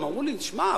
הם אמרו לי: תשמע,